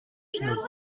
чинь